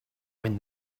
when